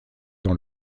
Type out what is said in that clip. dans